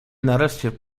nareszcie